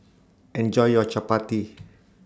Enjoy your Chappati